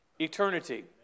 Eternity